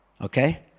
Okay